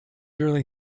early